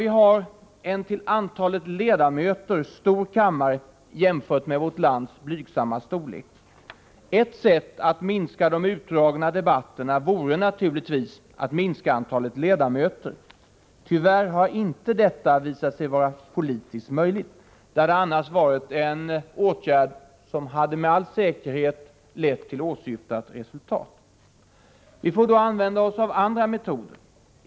Vi har en till antalet ledamöter stor kammare jämfört med vårt lands blygsamma storlek. Ett sätt att minska de utdragna debatterna vore naturligtvis att minska antalet ledamöter. Tyvärr har inte detta visat sig politiskt möjligt. Det hade annars varit en åtgärd som med all säkerhet hade lett till ett åsyftat resultat. Vi får använda oss av andra'metoder.